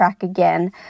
again